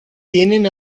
tienen